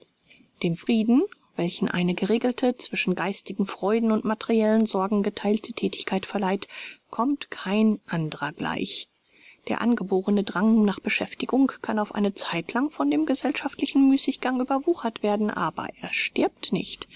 dem frieden welchen eine geregelte zwischen geistigen freuden und materiellen sorgen getheilte thätigkeit verleiht kommt kein andrer gleich der angeborene drang nach beschäftigung kann auf eine zeitlang von dem gesellschaftlichen müßiggang überwuchert werden aber er stirbt nicht